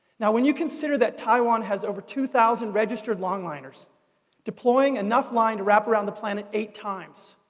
now, when you consider that taiwan has over two thousand registered longliners deploying enough line to wrap around the planet eight times